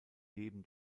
neben